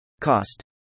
Cost